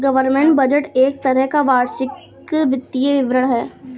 government budget एक तरह का वार्षिक वित्तीय विवरण है